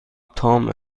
تام